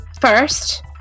first